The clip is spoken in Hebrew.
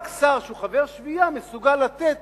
רק שר שהוא חבר שביעייה מסוגל לתת